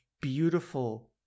beautiful